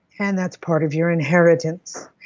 and that's part of your inheritance.